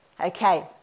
Okay